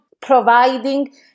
providing